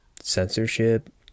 censorship